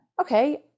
Okay